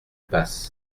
passe